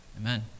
Amen